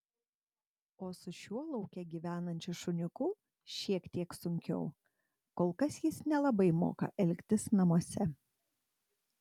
o su šiuo lauke gyvenančiu šuniuku šiek tiek sunkiau kol kas jis nelabai moka elgtis namuose